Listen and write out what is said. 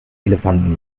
elefanten